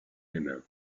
mesmin